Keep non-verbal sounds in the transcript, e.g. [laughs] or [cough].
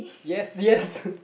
yes yes [laughs]